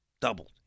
doubled